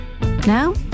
Now